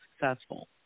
successful